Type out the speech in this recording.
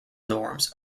norms